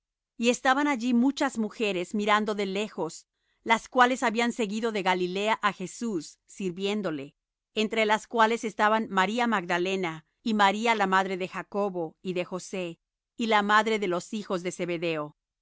y estaban allí muchas mujeres mirando de lejos las cuales habían seguido de galilea á jesús sirviéndole entre las cuales estaban maría magdalena y maría la madre de jacobo y de josé y la madre de los hijos de zebedeo